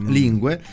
lingue